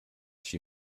she